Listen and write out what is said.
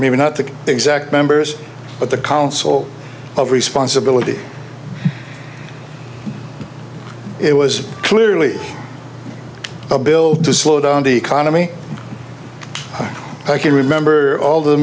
maybe not the exact members of the council of responsibility it was clearly a bill to slow down the economy i can remember all the